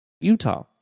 Utah